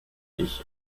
ich